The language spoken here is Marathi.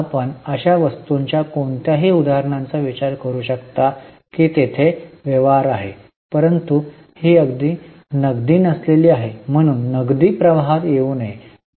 आपण अशा वस्तूंच्या कोणत्याही उदाहरणांचा विचार करू शकता की तेथे व्यवहार आहे परंतु ही नगदी नसलेली आहे म्हणून नगदी प्रवाहात येऊ नये